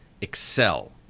excel